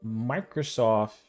Microsoft